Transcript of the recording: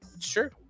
sure